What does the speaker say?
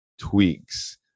Tweaks